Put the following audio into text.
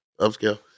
Upscale